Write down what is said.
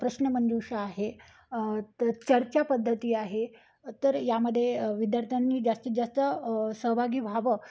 प्रश्नमंजूषा आहे तर चर्चा पद्धती आहे तर यामध्ये विद्यार्थ्यांनी जास्तीत जास्त सहभागी व्हावं